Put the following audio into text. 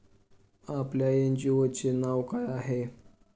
आपल्या एन.जी.ओ चे नाव काय आहे?